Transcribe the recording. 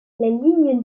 ligne